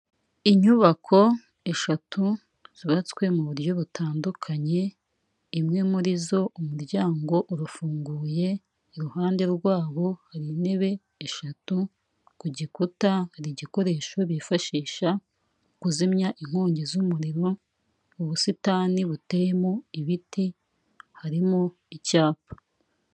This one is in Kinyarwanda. Inyubako eshatu zubatswe mu buryo butandukanye imwe muri zo umuryango urafunguye iruhande rwabo hari intebe eshatu ku gikuta hari igikoresho bifashisha kuzimya inkongi z'umuriro ubusitani buteyemo ibiti harimo icyapa.